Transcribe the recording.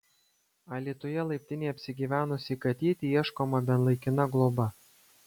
alytuje laiptinėje apsigyvenusiai katytei ieškoma bent laikina globa